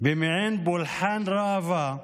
במעין פולחן ראווה,